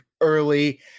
early